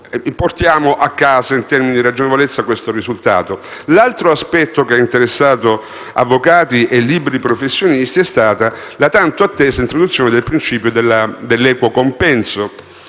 risultato in termini di ragionevolezza. L'altro aspetto che ha interessato avvocati e liberi professionisti è stata la tanto attesa introduzione del principio dell'equo compenso,